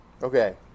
Okay